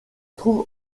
trouve